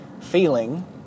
feeling